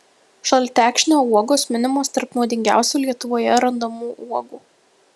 šaltekšnio uogos minimos tarp nuodingiausių lietuvoje randamų uogų